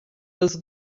las